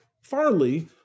Farley